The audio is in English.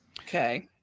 Okay